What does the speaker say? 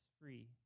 free